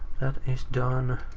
that is done.